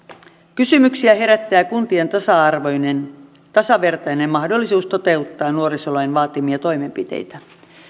kysymyksiä herättää kuntien tasa arvoinen tasavertainen mahdollisuus toteuttaa nuorisolain vaatimia toimenpiteitä